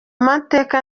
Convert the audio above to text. mateka